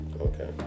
Okay